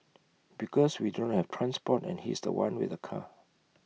because we do not have transport and he's The One with the car